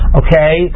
okay